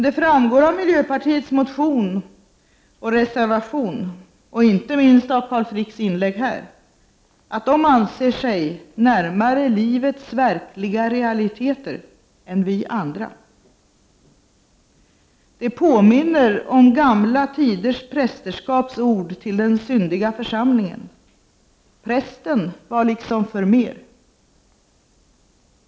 Det framgår av miljöpartiets motion och reservation och inte minst av Carl Fricks inlägg här att miljöpartiet anser sig stå närmare ”livets verkliga realiteter” än vi andra. Det påminner om gamla tiders prästerskaps ord till den syndiga församlingen. Prästen var liksom förmer.